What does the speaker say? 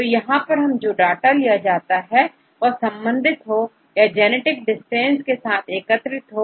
तो यहां पर जो डाटा लिया जाता है वह संबंधित हो या जेनेटिक डिस्टेंस के साथ एकत्रित हो